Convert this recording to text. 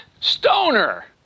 stoner